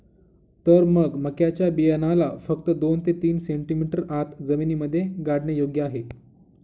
तर मग मक्याच्या बियाण्याला फक्त दोन ते तीन सेंटीमीटर आत जमिनीमध्ये गाडने योग्य आहे